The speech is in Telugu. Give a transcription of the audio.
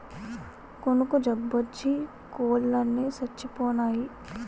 కునుకు జబ్బోచ్చి కోలన్ని సచ్చిపోనాయి